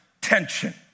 tension